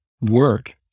work